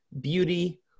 beauty